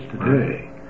today